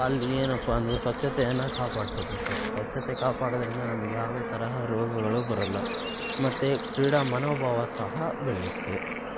ಅಲ್ಲಿ ಏನಪ್ಪ ಅಂದರೆ ಸ್ವಚ್ಛತೆಯನ್ನು ಕಾಪಾಡ್ಕೋಬೇಕು ಸ್ವಚ್ಛತೆ ಕಾಪಾಡೋದರಿಂದ ನಮ್ಗೆ ಯಾವುದೇ ತರಹ ರೋಗಗಳು ಬರೋಲ್ಲ ಮತ್ತು ಕ್ರೀಡಾ ಮನೋಭಾವ ಸಹ ಬೆಳೆಯುತ್ತೆ